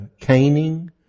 caning